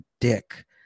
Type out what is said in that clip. dick